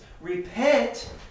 Repent